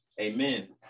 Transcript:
amen